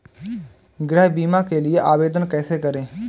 गृह बीमा के लिए आवेदन कैसे करें?